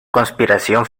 conspiración